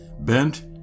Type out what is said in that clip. Bent